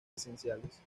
esenciales